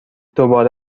دوباره